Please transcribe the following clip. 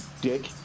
dick